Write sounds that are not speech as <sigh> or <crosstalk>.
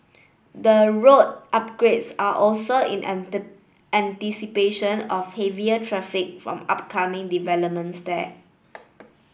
the road upgrades are also in <unintelligible> anticipation of heavier traffic from upcoming developments there